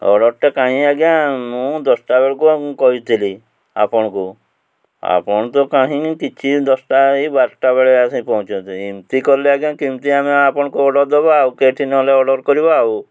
ଅର୍ଡ଼ରଟେ କାହିଁ ଆଜ୍ଞା ମୁଁ ଦଶଟା ବେଳକୁ କହିଥିଲି ଆପଣଙ୍କୁ ଆପଣ ତ କାହିଁକି କିଛି ଦଶଟା ହେଇ ବାରଟା ବେଳେ ଆସିକି ପହଞ୍ଚନ୍ତୁ ଏମିତି କଲେ ଆଜ୍ଞା କେମିତି ଆମେ ଆପଣଙ୍କୁ ଅର୍ଡ଼ର୍ ଦବା ଆଉ କେଠି ନହେଲେ ଅର୍ଡ଼ର୍ କରିବା ଆଉ